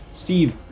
Steve